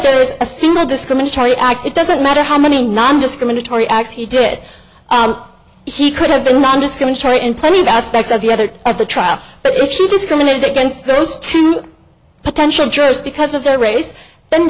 there is a single discriminatory act it doesn't matter how many nondiscriminatory acts he did he could have been nondiscriminatory in plenty of aspects of the other at the trial but if you discriminate against those two potential jurors because of their race then